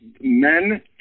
Men